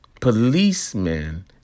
policemen